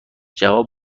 جواب